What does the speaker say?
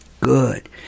Good